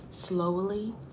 Slowly